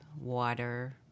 water